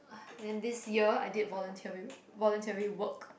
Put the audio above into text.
then this year I did voluntary voluntary work